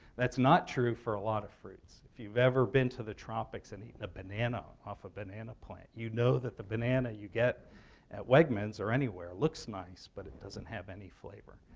that's not true for a lot of fruits. if you've ever been to the tropics and eaten a banana off a banana plant, you know that the banana you get at wegmans or anywhere looks nice, but it doesn't have any flavor.